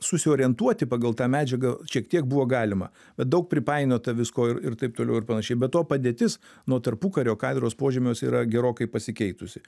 susiorientuoti pagal tą medžiagą šiek tiek buvo galima bet daug pripainiota visko ir ir taip toliau ir panašiai be to padėtis nuo tarpukario katedros požemiuose yra gerokai pasikeitusi